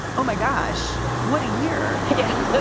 oh, my gosh. what a year. yeah.